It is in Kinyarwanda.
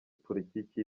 politiki